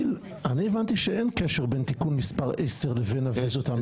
אני הבנתי שאין קשר בין תיקון מס' 10 לבין הוויזות האמריקניות.